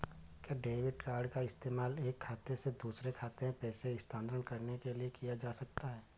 क्या debit card का इस्तेमाल एक खाते से दूसरे खाते में पैसे स्थानांतरण करने के लिए किया जा सकता है?